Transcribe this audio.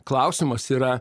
klausimas yra